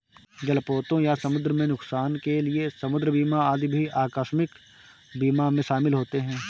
जलपोतों या समुद्र में नुकसान के लिए समुद्र बीमा आदि भी आकस्मिक बीमा में शामिल होते हैं